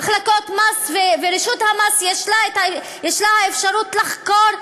למחלקות המס ולרשויות המס יש אפשרות לחקור.